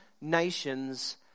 nations